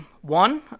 one